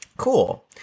Cool